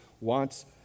wants